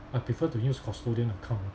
I prefer to use custodian account ah